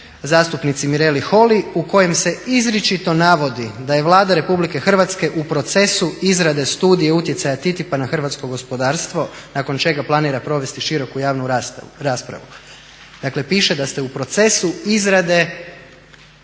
zastupnici Mireli Holy u kojem se izričito navodi da je Vlada Republike Hrvatske u procesu izrade studije utjecaja TTIP-a na hrvatsko gospodarstvo nakon čega planira provesti široku javnu raspravu. Dakle, piše da ste u procesu izrade